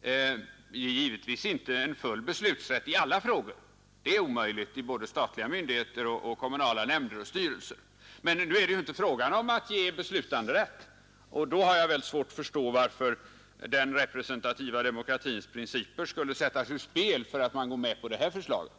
Detta gäller givetvis inte full beslutsrätt i alla frågor — det är omöjligt i både statliga myndigheter och kommunala nämnder och styrelser — men nu är det inte fråga om att ge beslutanderätt, och då har jag svårt att förstå varför den representativa demokratins principer skulle sättas ur spel därför att man går med på det här förslaget.